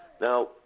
Now